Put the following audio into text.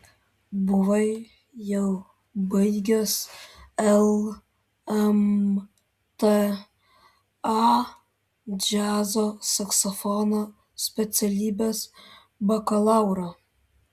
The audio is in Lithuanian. buvai jau baigęs lmta džiazo saksofono specialybės bakalaurą